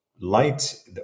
light